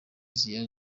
yaje